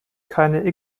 keine